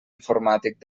informàtic